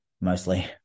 mostly